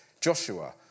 Joshua